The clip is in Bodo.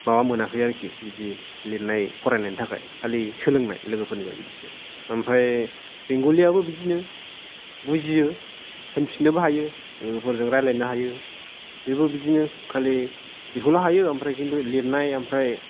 माबा मोनाखै आरखि बिदि लिरनाय फरायनायनि थाखाय खालि सोलोंनाय लोगोफोरनिफ्राय बिदिसो ओमफाय बेंगलिआबो बिदिनो बुजियो होनफिननोबो हायो लोगोफोरजों रायलायनो हायो बेबो बिदिनो खालि बेखौल' हायो ओमफ्राय खिन्थु लिरनाय ओमफ्राय